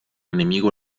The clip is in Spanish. enemigo